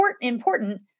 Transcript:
important